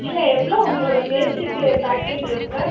இல்லை எவ்வளோ உங்களோட பேஸிக்கு பேக்கேஜ்ஜு எவ்வளோ